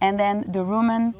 and then the roman